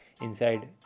Inside